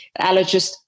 allergist